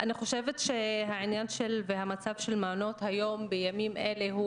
אני חושבת שהעניין והמצב של מעונות היום בימים אלה,